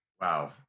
wow